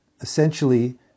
essentially